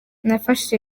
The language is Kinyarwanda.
nafashe